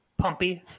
Pumpy